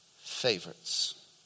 favorites